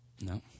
No